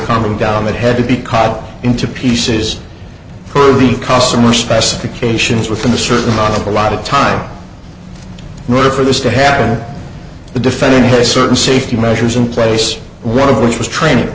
coming down that had to be carved into pieces for the customer specifications within a certain amount of a lot of time in order for this to happen the defendant has certain safety measures in place one of which was training